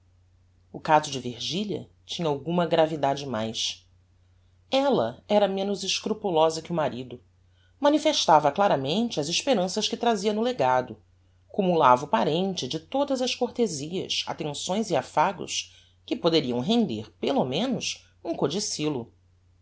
o caso de virgilia tinha alguma gravidade mais ella era menos escrupulosa que o marido manifestava claramente as esperanças que trazia no legado cumulava o parente de todas as cortezias attenções e affagos que poderiam render pelo menos um